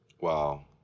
Wow